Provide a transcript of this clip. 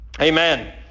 amen